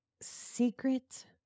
secret